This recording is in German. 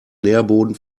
nährboden